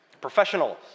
Professionals